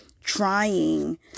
Trying